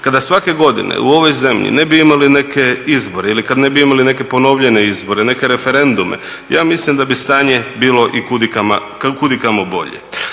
Kada svake godine u ovoj zemlji ne bi imali neke izbore ili kada ne bi imali neke ponovljene izbore, neke referendume ja mislim da bi stanje bilo i kud i kamo bolje.